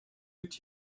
with